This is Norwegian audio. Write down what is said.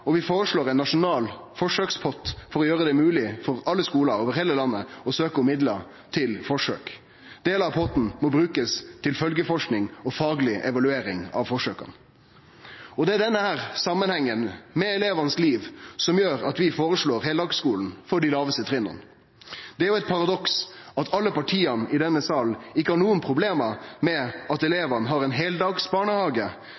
og vi føreslår ein nasjonal forsøkspott for å gjere det mogleg for alle skolar over heile landet å søkje om midlar til forsøk. Delar av potten må brukast til følgjeforsking og fagleg evaluering av forsøka. Det er denne samanhengen med elevanes liv som gjer at vi føreslår heildagsskole for dei lågaste trinna. Det er eit paradoks at alle partia i denne salen ikkje har noko problem med at